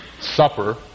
supper